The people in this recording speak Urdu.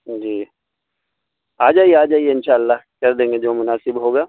جی آ جائیے آ جائیے ان شاء اللہ کر دیں گے جو مناسب ہوگا